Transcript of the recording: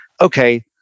okay